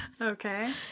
okay